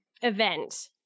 event